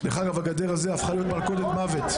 הגדר הזאת הפכה להיות מלכודת מוות.